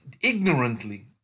ignorantly